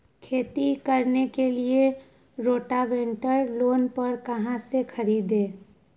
खेती करने के लिए रोटावेटर लोन पर कहाँ से खरीदे?